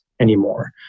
anymore